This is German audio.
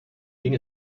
ging